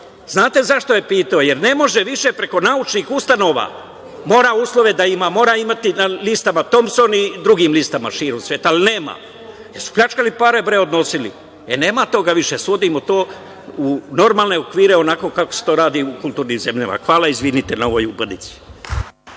Znate zašto je pitao, jer ne može više preko naučnih ustanova, mora uslove da ima, mora imati na listama „Tompson“ i drugim listama širom sveta, ali nema jer pljačkali pare, bre, odnosili. Nema toga više. Svodimo to u normalne okvire kako se to radi u kulturnim zemljama. Hvala, izvinite na ovoj upadici.